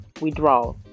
withdraw